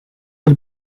het